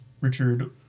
Richard